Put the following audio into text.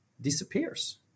disappears